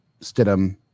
Stidham